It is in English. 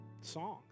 songs